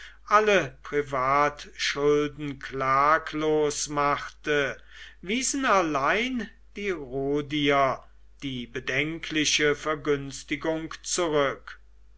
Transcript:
alle privatschulden klaglos machte wiesen allein die rhodier die bedenkliche vergünstigung zurück